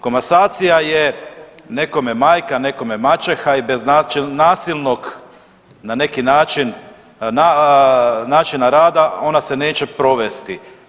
Komasacija je nekome majka, nekome maćeha i bez nasilnog na neki način načina rada ona se neće provesti.